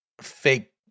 fake